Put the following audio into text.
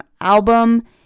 album